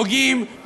נוגעים,